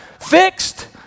fixed